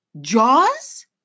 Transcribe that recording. Jaws